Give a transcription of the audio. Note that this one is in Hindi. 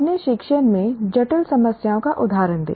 अपने शिक्षण में जटिल समस्याओं का उदाहरण दें